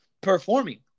performing